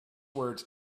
words